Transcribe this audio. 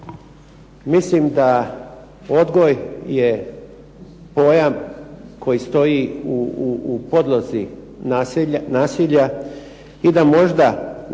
Mislim da odgoj je pojam koji stoji u podlozi nasilja i da možda napori